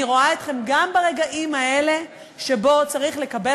אני רואה אתכם גם ברגעים האלה שבהם צריך לקבל